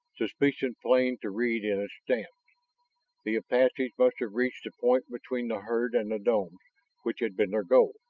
suspicion plain to read in its stance. the apaches must have reached the point between the herd and the domes which had been their goal.